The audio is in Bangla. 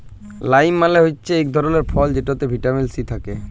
লাইম মালে হচ্যে ইক ধরলের ফল যেটতে ভিটামিল সি থ্যাকে